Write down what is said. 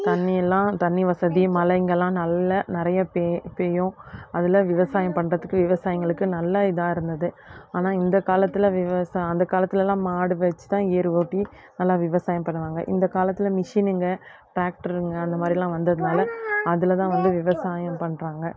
தண்ணி எல்லாம் தண்ணி வசதி மழைங்கெல்லாம் நல்ல நிறைய பெ பெய்யும் அதில் விவசாயம் பண்ணுறதுக்கு விவசாயிகளுக்கு நல்ல இதாக இருந்தது ஆனால் இந்த காலத்தில் விவசா அந்த காலத்திலலாம் மாடு வச்சு தான் ஏர் ஓட்டி எல்லாம் விவசாயம் பண்ணுவாங்கள் இந்த காலத்தில் மிஷினுங்கள் டிராக்ட்ருங்க அந்த மாதிரிலாம் வந்ததனால அதில் தான் வந்து விவசாயம் பண்ணுறாங்க